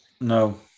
No